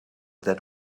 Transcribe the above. that